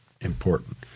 important